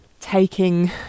taking